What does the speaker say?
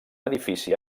edifici